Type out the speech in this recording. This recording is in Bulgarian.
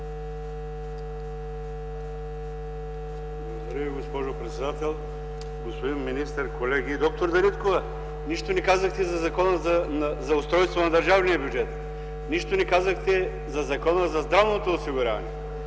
Благодаря, госпожо председател. Господин министър, колеги! Доктор Дариткова, нищо не казахте за устройството на държавния бюджет. Нищо не казахте за Закона за здравното осигуряване.